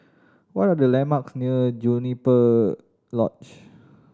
what are the landmarks near Juniper Lodge